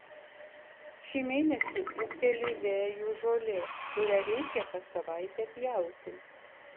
šį mėnesį ūgteli vejų žolė kurią reikia kas savaitę pjauti